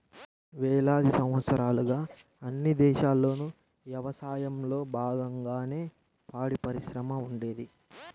వేలాది సంవత్సరాలుగా అన్ని దేశాల్లోనూ యవసాయంలో బాగంగానే పాడిపరిశ్రమ ఉండేది